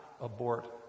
abort